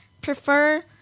prefer